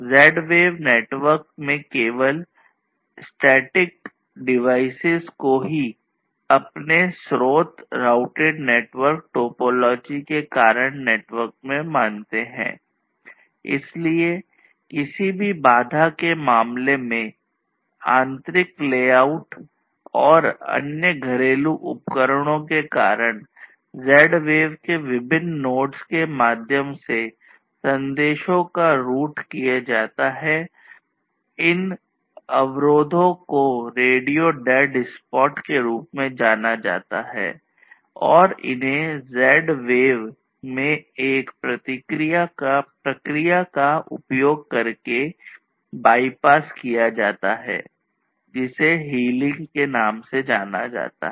Z wave network में केवल स्थैतिक उपकरणों के नाम से जाना जाता है